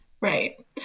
Right